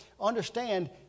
understand